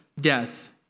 death